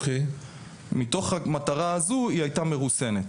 מתוך המטרה הזו היא הייתה מרוסנת,